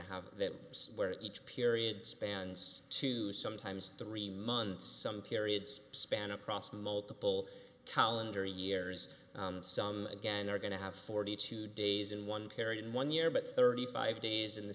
to have that where each period spans two sometimes three months some periods span across multiple calendar years some again are going to have forty two days in one period in one year but thirty five days in the